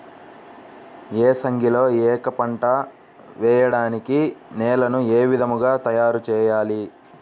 ఏసంగిలో ఏక పంటగ వెయడానికి నేలను ఏ విధముగా తయారుచేయాలి?